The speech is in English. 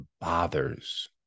bothers